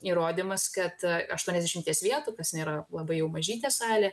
įrodymas kad aštuoniasdešimties vietų kas nėra labai jau mažytė salė